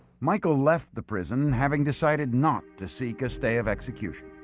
michael left the prison having decided not to seek a stay of execution